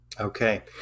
Okay